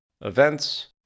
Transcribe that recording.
Events